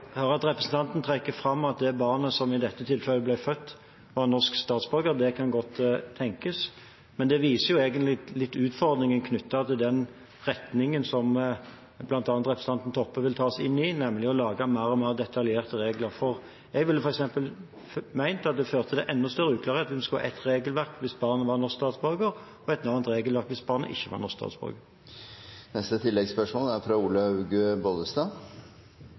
at representanten trekker fram at barnet som ble født, i dette tilfellet var norsk statsborger. Det kan godt tenkes, men det viser egentlig noe av utfordringen knyttet til den retningen som bl.a. representanten Toppe vil ta oss inn i, nemlig å lage mer og mer detaljerte regler. Jeg ville f.eks. ment at det førte til enda større uklarheter om man skulle ha ett regelverk hvis barnet var norsk statsborger, og et annet regelverk hvis barnet ikke var norsk statsborger. Olaug V. Bollestad – til oppfølgingsspørsmål. Det er